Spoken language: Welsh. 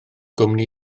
gwmni